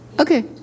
Okay